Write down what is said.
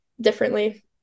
differently